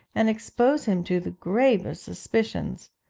and expose him to the gravest suspicions.